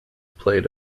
played